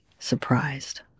Surprised